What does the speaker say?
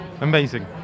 Amazing